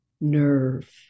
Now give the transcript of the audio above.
nerve